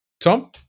Tom